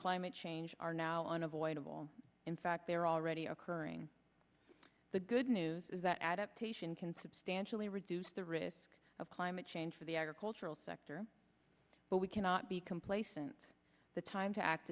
climate change are now on avoidable in fact they're already occurring the good news is that adaptation can substantially reduce the risk of climate change for the agricultural sector but we cannot be complacent the time to act